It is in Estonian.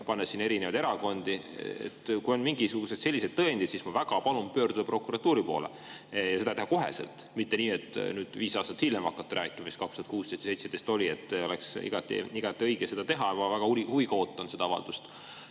nimetades siin erinevaid erakondi. Kui on mingisuguseid selliseid tõendeid, siis ma väga palun pöörduda prokuratuuri poole, ja seda teha koheselt, mitte nii, et nüüd viis aastat hiljem hakata rääkima, mis aastal 2016 või 2017 oli. Oleks igati õige seda teha. Väga huviga ootan seda avaldust. Aga